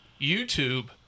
YouTube